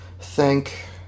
thank